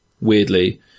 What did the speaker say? weirdly